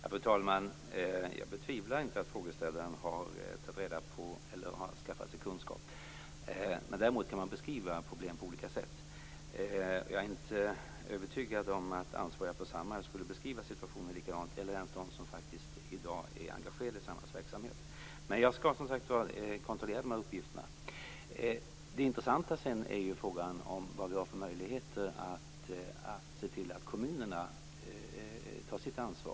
Fru talman! Jag betvivlar inte att frågeställaren har skaffat sig kunskap. Däremot kan man beskriva problem på olika sätt. Jag är inte övertygad om att ansvariga på Samhall, eller ens de som faktiskt i dag är engagerade i Samhalls verksamhet, skulle beskriva situationen likadant. Men jag skall som sagt var kontrollera de här uppgifterna. Det intressanta är ju sedan vad vi har för möjligheter att se till att kommunerna tar sitt ansvar.